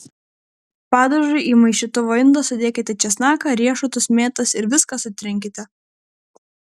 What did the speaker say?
padažui į maišytuvo indą sudėkite česnaką riešutus mėtas ir viską sutrinkite